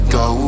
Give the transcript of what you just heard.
go